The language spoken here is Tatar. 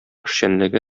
эшчәнлеге